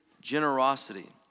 generosity